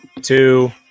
two